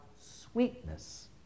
sweetness